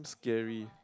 scary